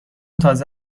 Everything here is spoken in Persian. تازه